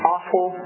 Awful